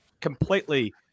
completely